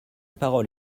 parole